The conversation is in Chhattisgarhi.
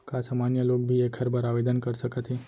का सामान्य लोग भी एखर बर आवदेन कर सकत हे?